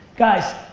guys,